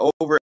over